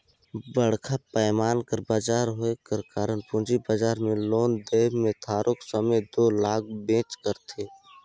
बड़खा पैमान कर बजार होए कर कारन पूंजी बजार में लेन देन में थारोक समे दो लागबेच करथे